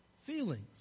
feelings